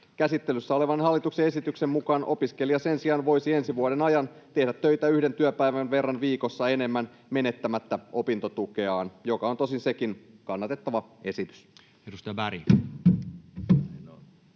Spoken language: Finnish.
Käsittelyssä olevan hallituksen esityksen mukaan opiskelija sen sijaan voisi ensi vuoden ajan tehdä töitä yhden työpäivän verran viikossa enemmän menettämättä opintotukeaan, mikä on tosin sekin kannatettava esitys. [Speech 92]